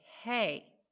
hey